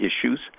issues